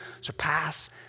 surpass